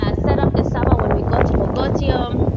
ah set up this summer when we got to mogotio, um